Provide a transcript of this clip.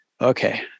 okay